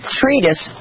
treatise